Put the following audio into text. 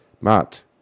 Matt